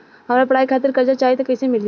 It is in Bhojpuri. हमरा पढ़ाई खातिर कर्जा चाही त कैसे मिली?